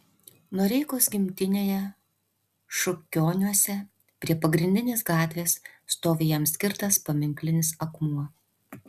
noreikos gimtinėje šukioniuose prie pagrindinės gatvės stovi jam skirtas paminklinis akmuo